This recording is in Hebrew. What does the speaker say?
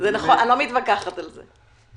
אני לא מתווכחת על זה.